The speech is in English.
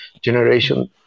generation